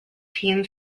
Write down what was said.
teen